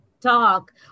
talk